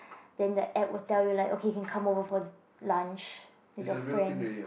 then the app will tell you like okay you can come over for lunch with your friends